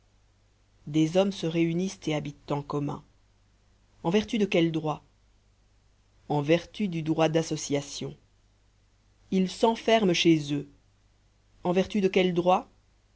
des hommes se réunissent et habitent en commun en vertu de quel droit en vertu du droit d'association ils s'enferment chez eux en vertu de quel droit